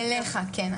המסע מגיע אליך, כן.